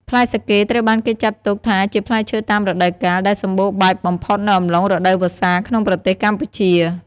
ផ្លែសាកេត្រូវបានគេចាត់ទុកថាជាផ្លែឈើតាមរដូវកាល ដែលសម្បូរបែបបំផុតនៅអំឡុងរដូវវស្សាក្នុងប្រទេសកម្ពុជា។